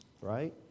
right